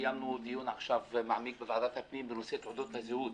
קיימנו עכשיו דיון מעמיק בוועדת הפנים והגנת הסביבה בנושא תעודות הזהות.